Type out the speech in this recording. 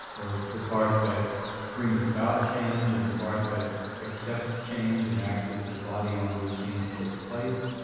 or the part that brings about change and the part that accepts change and acts as the body on which change takes place,